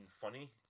funny